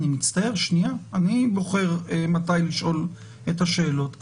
אני בוחר מתי לשאול את השאלות.